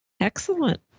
Excellent